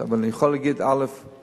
אני תקווה באמת לשמוע מכבודו בשורות בעניין.